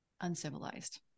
uncivilized